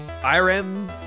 IRM